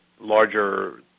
larger